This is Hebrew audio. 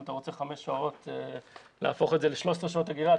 אם את רוצה חמש שעות להפוך ל-13 שעות אגירה,